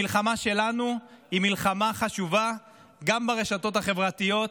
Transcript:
המלחמה שלנו היא מלחמה חשובה גם ברשתות החברתיות,